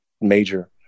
major